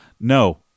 no